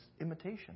imitation